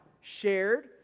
shared